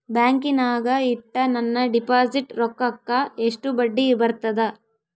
ಬ್ಯಾಂಕಿನಾಗ ಇಟ್ಟ ನನ್ನ ಡಿಪಾಸಿಟ್ ರೊಕ್ಕಕ್ಕ ಎಷ್ಟು ಬಡ್ಡಿ ಬರ್ತದ?